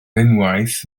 unwaith